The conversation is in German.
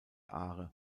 aare